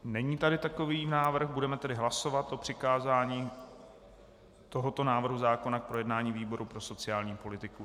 Není tady takový návrh, budeme tedy hlasovat o přikázání tohoto návrhu zákona k projednání výboru pro sociální politiku.